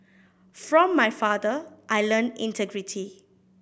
from my father I learnt integrity